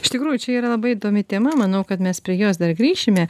iš tikrųjų čia yra labai įdomi tema manau kad mes prie jos dar grįšime